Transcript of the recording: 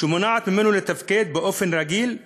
ומונעת ממנו לתפקד באופן רגיל,